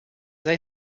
they